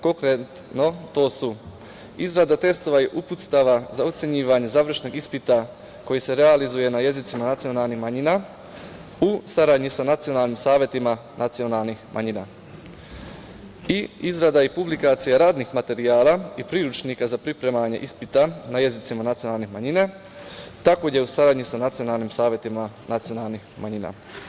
Konkretno, to su izrada testova i uputstava za ocenjivanje završnog ispita koji se realizuje na jezicima nacionalnih manjina u saradnji sa nacionalnim savetima nacionalnih manjina i izrada publikacija radnih materijala i priručnika za pripremanje ispita na jezicima nacionalnih manjina, takođe u saradnji sa nacionalnim savetima nacionalnih manjina.